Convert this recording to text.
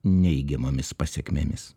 neigiamomis pasekmėmis